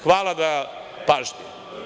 Hvala na pažnji.